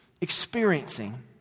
experiencing